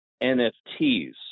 NFTs